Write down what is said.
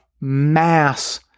mass